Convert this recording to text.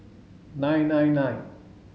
nine nine nine